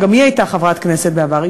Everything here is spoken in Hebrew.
שגם היא הייתה חברת כנסת בעבר,